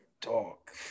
Talk